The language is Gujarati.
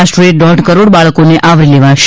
આશરે દોઢ કરોડ બાળકોને આવરી લેવાશે